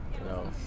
No